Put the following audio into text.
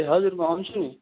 ए हजुर म आउँछु नि